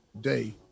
day